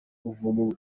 buvumo